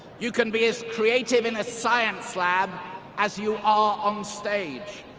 you can be as creative in a science lab as you are on stage.